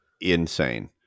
insane